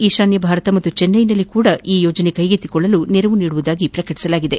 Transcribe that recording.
ಈತಾನ್ಯ ಭಾರತ ಹಾಗೂ ಚೆನ್ನೈನಲ್ಲೂ ಈ ಯೋಜನೆ ಕೈಗೆತ್ತಿಕೊಳ್ಳಲು ನೆರವು ನೀಡುವುದಾಗಿ ಪ್ರಕಟಿಸಿದೆ